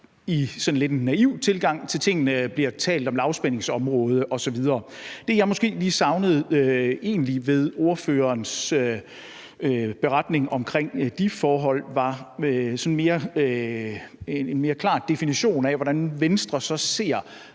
i sådan en lidt naiv tilgang til tingene bliver talt om lavspændingsområde osv. Det, jeg måske egentlig lige savnede ved ordførerens beretning omkring de forhold, var sådan en mere klar definition af, hvordan Venstre så ser